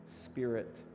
Spirit